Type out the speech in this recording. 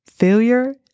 Failure